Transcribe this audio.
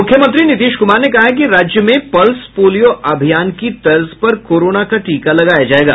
मुख्यमंत्री नीतीश कुमार ने कहा है कि राज्य में पल्स पोलियो अभियान की तर्ज पर कोरोना का टीका लगाया जायेगा